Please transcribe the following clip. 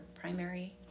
primary